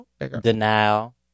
denial